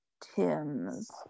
Tim's